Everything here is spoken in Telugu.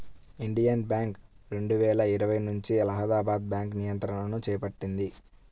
ఇండియన్ బ్యాంక్ రెండువేల ఇరవై నుంచి అలహాబాద్ బ్యాంకు నియంత్రణను చేపట్టింది